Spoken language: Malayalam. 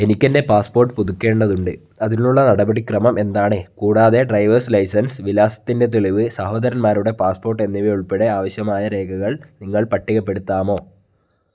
എനിക്കെൻ്റെ പാസ്പോർട്ട് പുതുക്കേണ്ടതുണ്ട് അതിനുള്ള നടപടിക്രമം എന്താണ് കൂടാതെ ഡ്രൈവേർസ് ലൈസെന്സ് വിലാസത്തിന്റെ തെളിവ് സഹോദരന്മാരുടെ പാസ്പോർട്ട് എന്നിവയുൾപ്പെടെ ആവശ്യമായ രേഖകൾ നിങ്ങൾ പട്ടികപ്പെടുത്താമോ